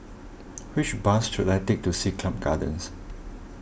which bus should I take to Siglap Gardens